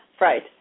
right